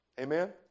Amen